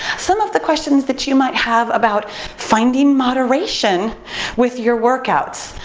some of the questions that you might have about finding moderation with your workouts.